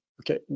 okay